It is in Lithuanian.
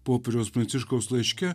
popiežiaus pranciškaus laiške